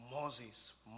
Moses